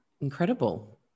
Incredible